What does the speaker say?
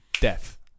death